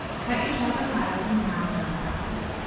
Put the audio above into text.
cut each avocado in half lengthwise.